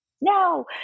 no